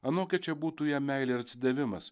anokia čia būtų jam meilė ir atsidavimas